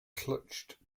clutched